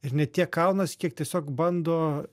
ir ne tiek kaunasi kiek tiesiog bando